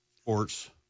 sports